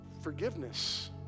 Forgiveness